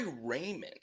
Raymond